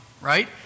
Right